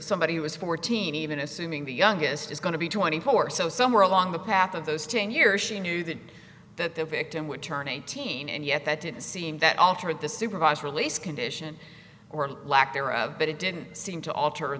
somebody who is fourteen even assuming the youngest is going to be twenty four so somewhere along the path of those ten years she knew that that the victim would turn eighteen and yet it seemed that altered the supervised release condition or lack there of but it didn't seem to alter